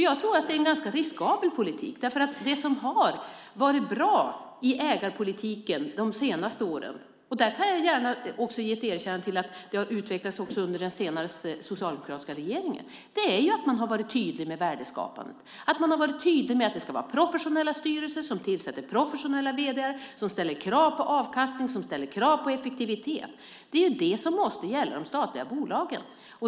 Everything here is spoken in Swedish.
Jag tror att det är en ganska riskabel politik. Det som har varit bra i ägarpolitiken de senaste åren är att man har varit tydlig med värdeskapandet. Där kan jag gärna ge erkännandet att det också har utvecklats under den senaste socialdemokratiska regeringen. Man har varit tydlig med att det ska vara professionella styrelser som tillsätter professionella vd:ar som ställer krav på avkastning och effektivitet. Det är vad som måste gälla de statliga bolagen.